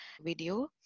Video